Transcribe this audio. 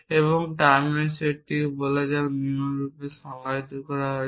এবং টার্মের সেটটিকে টি বলা যাক নিম্নরূপ সংজ্ঞায়িত করা হয়েছে